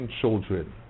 children